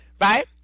Right